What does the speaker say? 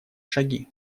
шаги